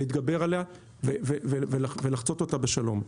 להתגבר עליה ולחצות אותה בשלום.